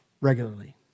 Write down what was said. regularly